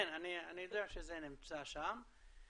כן, אני יודע שזה נמצא שם.